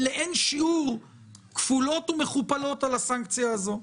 לאין שיעור כפולות ומכופלות על הסנקציה הזאת.